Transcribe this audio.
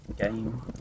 Game